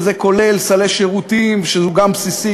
וזה כולל סל שירותים שהוא גם בסיסי,